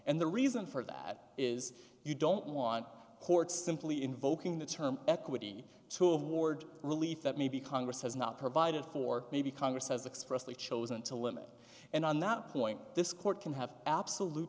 and the reason for that is you don't want courts simply invoking the term equity to have ward relief that maybe congress has not provided for maybe congress has expressly chosen to limit and on that point this court can have absolute